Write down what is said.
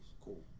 Cool